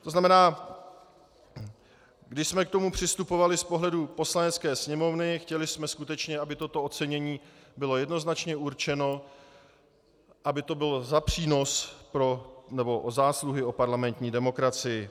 To znamená, když jsme k tomu přistupovali z pohledu Poslanecké sněmovny, chtěli jsme skutečně, aby toto ocenění bylo jednoznačně určeno, aby to bylo za přínos nebo za zásluhy o parlamentní demokracii.